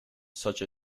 such